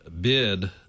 bid